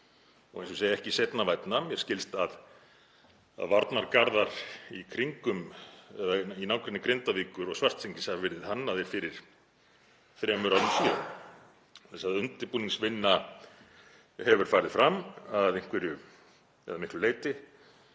og eins og segi er það ekki seinna vænna. Mér skilst að varnargarðar í kringum eða í nágrenni Grindavíkur og Svartsengis hafi verið hannaðir fyrir þremur árum síðan þannig að undirbúningsvinna hefur farið fram að einhverju eða miklu leyti